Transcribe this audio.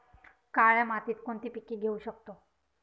काळ्या मातीत कोणती पिके घेऊ शकतो?